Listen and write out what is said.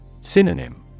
Synonym